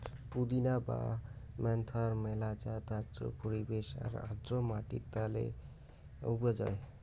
পুদিনা বা মেন্থার মেলা জাত আর্দ্র পরিবেশ আর আর্দ্র মাটিত ভালে উবজায়